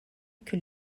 que